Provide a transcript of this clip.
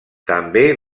també